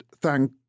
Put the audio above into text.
thank